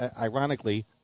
ironically